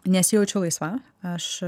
nesijaučiu laisva aš